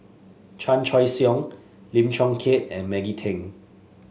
Chan Choy Siong Lim Chong Keat and Maggie Teng